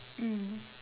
mm